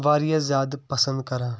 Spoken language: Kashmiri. واریاہ زیادٕ پسنٛد کران